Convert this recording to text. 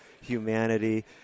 humanity